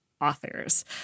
authors